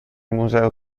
museo